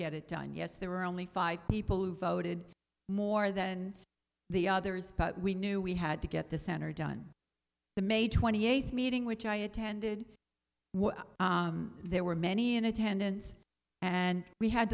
get it done yes there were only five people who voted more than the others but we knew we had to get the center done the may twenty eighth meeting which i attended there were many in attendance and we had